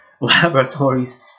laboratories